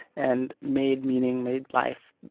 and made meaning, made life,